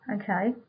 Okay